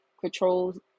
controls